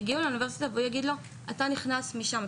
יגיעו שניהם לאוניברסיטה ויגידו לאחד: אתה נכנס משם,